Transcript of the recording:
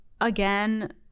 Again